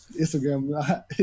Instagram